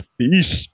Peace